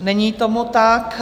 Není tomu tak.